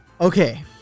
Okay